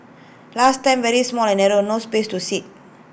last time very small and narrow no space to sit